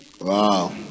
wow